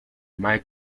michael